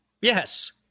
Yes